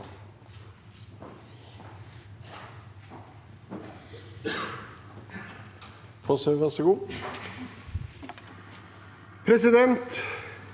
Presidenten